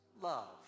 love